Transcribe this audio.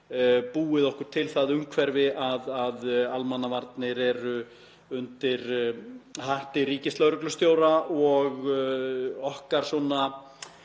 búið okkur til það umhverfi að almannavarnir eru undir hatti ríkislögreglustjóra og okkar